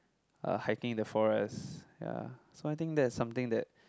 uh hiking in the forest ya so I think that's something that